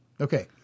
Okay